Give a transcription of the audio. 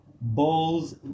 Balls